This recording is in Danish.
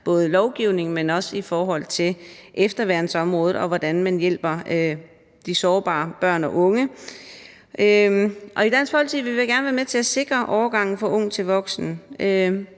lovgivningen, men også efterværnsområdet, og på, hvordan man hjælper de sårbare børn og unge. I Dansk Folkeparti vil vi gerne være med til at sikre overgangen fra ung til voksen.